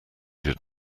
did